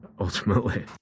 ultimately